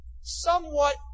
somewhat